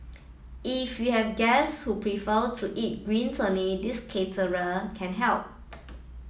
if you have guests who prefer to eat greens only this caterer can help